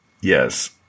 yes